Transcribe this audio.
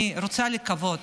אני רוצה לקוות,